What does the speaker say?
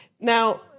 now